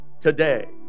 today